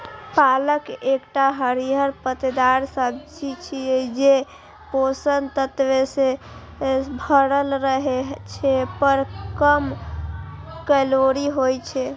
पालक एकटा हरियर पत्तेदार सब्जी छियै, जे पोषक तत्व सं भरल रहै छै, पर कम कैलोरी होइ छै